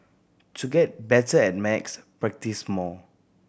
to get better at max practise more